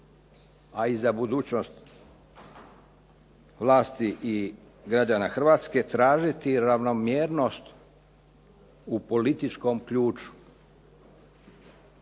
i za budućnost vlasti i građana Hrvatske tražiti ravnomjernost u političkom ključu.